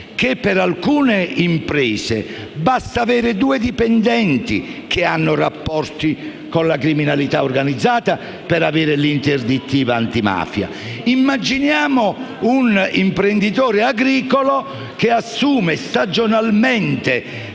che per alcune imprese basta avere due dipendenti che hanno rapporti con la criminalità organizzata per avere l'interdittiva antimafia. Immaginiamo il caso di un imprenditore agricolo che assume stagionalmente